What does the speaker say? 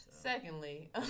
secondly